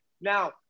Now